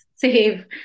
save